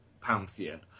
pantheon